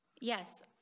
Yes